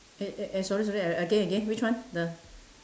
eh eh eh sorry sorry a~ again again which one the